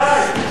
מתי?